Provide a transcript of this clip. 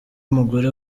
mugore